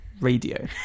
Radio